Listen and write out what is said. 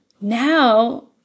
Now